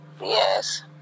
Yes